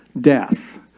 death